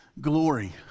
glory